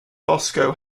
bosco